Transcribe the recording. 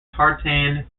tartan